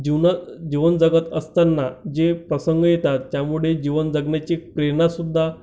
जीवनात जीवन जगत असतांना जे प्रसंग येतात त्यामुळे जीवन जगण्याची प्रेरणासुद्धा